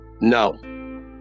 No